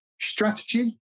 Strategy